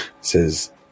says